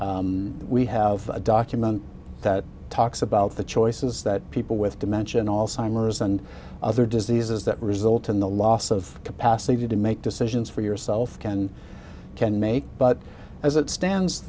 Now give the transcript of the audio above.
know we have a document that talks about the choices that people with dementia and alzheimer's and other diseases that result in the loss of capacity to make decisions for yourself can can make but as it stands